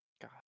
God